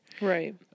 Right